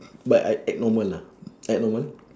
but I act normal lah act normal